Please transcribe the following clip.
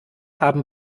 haben